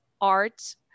art